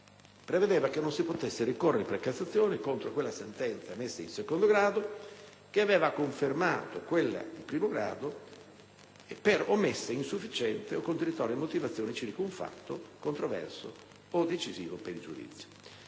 prevedeva che non si potesse ricorrere per Cassazione contro la sentenza emessa in secondo grado che aveva confermato quella di primo grado, con omessa, insufficiente o contraddittoria motivazione circa un fatto controverso o decisivo per il giudizio.